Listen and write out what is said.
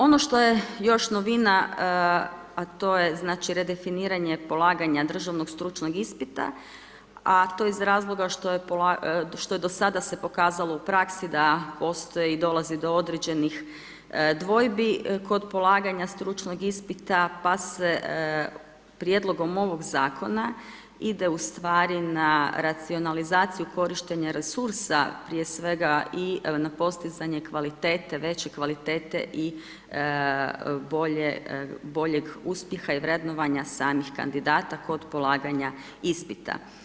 Ono što je još novina, a to je znači redefiniranje polaganja državnog stručnog ispita a to iz razloga što je do sada se pokazalo u praksi da postoji i dolazi do određenih dvojbi kod polaganja stručnog ispita, pa se prijedlogom ovog zakona ide ustvari na racionalizaciju korištenje resursa prije svega i na postizanje kvalitete, veće kvalitete i boljeg uspjeha i vrednovanje samih kandidata kod polaganja ispita.